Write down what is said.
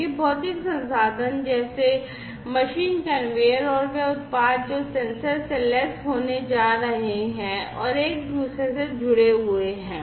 ये भौतिक संसाधन जैसे मशीन कन्वेयर और वे उत्पाद जो सेंसर से लैस होने जा रहे हैं और एक दूसरे से जुड़े हुए हैं